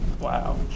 Wow